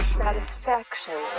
satisfaction